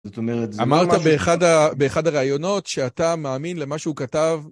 זאת אומרת, אמרת באחד, באחד הרעיונות שאתה מאמין למה שהוא כתב.